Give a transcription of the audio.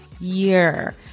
year